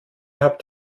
habt